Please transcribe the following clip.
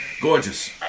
Gorgeous